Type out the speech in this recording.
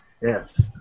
Yes